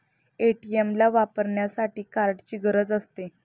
ATM ला वापरण्यासाठी कार्डची गरज असते